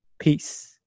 peace